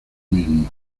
mismo